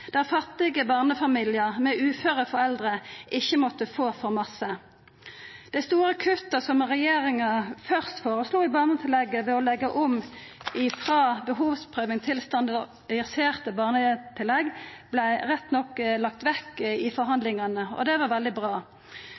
der fattige barnefamiliar med uføre foreldre ikkje måtte få for masse. Det store kuttet som regjeringa først føreslo i barnetillegget ved å leggja om frå behovsprøving til standardiserte barnetillegg, vart rett nok lagt vekk i forhandlingane, og det var veldig bra.